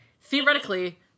theoretically